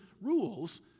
rules